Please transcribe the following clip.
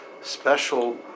special